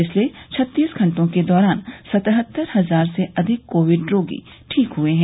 पिछले छत्तीस घंटों के दौरान सतहत्तर हजार से अधिक कोविड रोगी ठीक हुए हैं